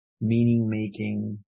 meaning-making